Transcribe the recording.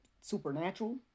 supernatural